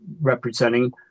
representing